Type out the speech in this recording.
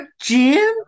Jim